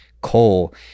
coal